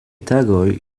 tagoj